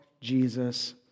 Jesus